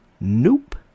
Nope